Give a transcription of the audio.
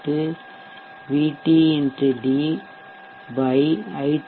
d It avgd VT